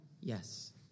yes